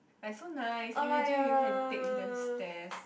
like so nice imagine we can take the stairs